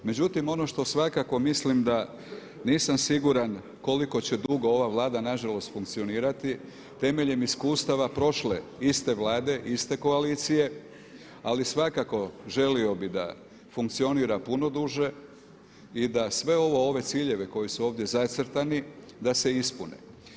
Međutim ono što svakako mislim da nisam siguran koliko će dugo ova Vlada nažalost funkcionirati, temeljem iskustava prošle iste Vlade, iste koalicije, ali svakako želio bih da funkcionira puno duže i da sve ove ciljeve koji su ovdje zacrtani da se ispune.